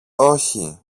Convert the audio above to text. όχι